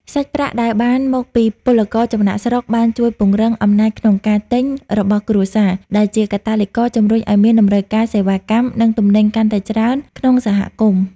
សាច់ប្រាក់ដែលបានមកពីពលករចំណាកស្រុកបានជួយពង្រឹង "អំណាចក្នុងការទិញ" របស់គ្រួសារ ដែលជាកាតាលីករជម្រុញឱ្យមានតម្រូវការសេវាកម្ម និងទំនិញកាន់តែច្រើនក្នុងសហគមន៍។